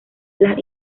las